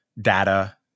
data